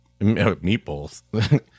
Meatballs